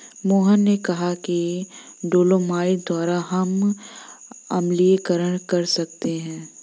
मोहन ने कहा कि डोलोमाइट द्वारा हम अम्लीकरण कर सकते हैं